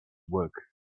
work